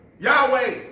Yahweh